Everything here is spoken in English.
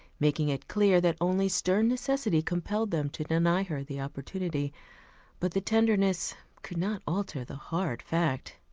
making it clear that only stern necessity compelled them to deny her the opportunity but the tenderness could not alter the hard fact.